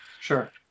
Sure